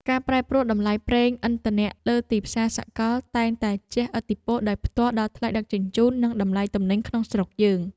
ការប្រែប្រួលតម្លៃប្រេងឥន្ធនៈលើទីផ្សារសកលតែងតែជះឥទ្ធិពលដោយផ្ទាល់ដល់ថ្លៃដឹកជញ្ជូន និងតម្លៃទំនិញក្នុងស្រុកយើង។